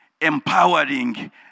empowering